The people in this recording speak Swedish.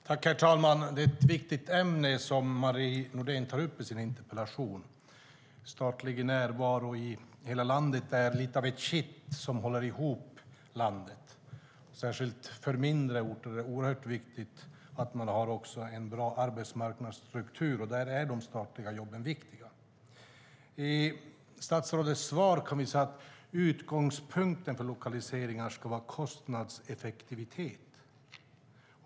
Herr talman! Det är ett viktigt ämne som Marie Nordén tar upp i sin interpellation. "Statlig närvaro i hela landet" är lite av ett kitt som håller ihop landet. Särskilt för mindre orter är det oerhört viktigt att man har en bra arbetsmarknadsstruktur, och där är de statliga jobben viktiga. I statsrådets svar kan vi läsa att utgångspunkten för lokaliseringar ska vara kostnadseffektivitet.